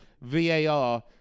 VAR